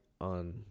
on